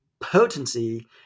potency